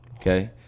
okay